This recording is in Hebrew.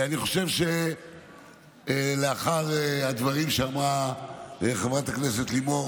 אני חושב שלאחר הדברים שאמרה חברת הכנסת לימור,